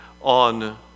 on